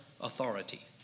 authority